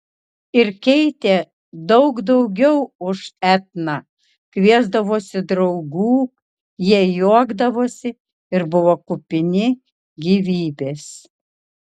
ir keitė daug daugiau už etną kviesdavosi draugų jie juokdavosi ir buvo kupini gyvybės